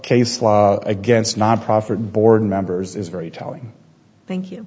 case law against nonprofit board members is very telling thank you